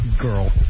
girl